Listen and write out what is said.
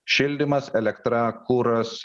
šildymas elektra kuras